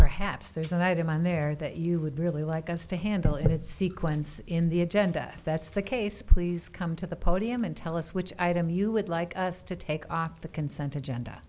perhaps there's an item on there that you would really like us to handle it sequence in the agenda that's the case please come to the podium and tell us which item you would like us to take off the consent agenda